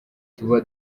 tuba